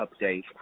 update